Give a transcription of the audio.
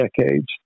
decades